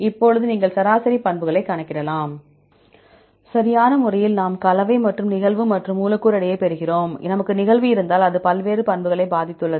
இப்போது நீங்கள் சராசரி பண்புகளை கணக்கிடலாம் சரியான முறையில் நாம் கலவை மற்றும் நிகழ்வு மற்றும் மூலக்கூறு எடையைப் பெறுகிறோம் நமக்கு நிகழ்வு இருந்தால் அது பல்வேறு பண்புகளை பாதித்துள்ளது